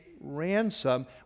ransom